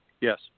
Yes